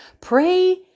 pray